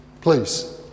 Please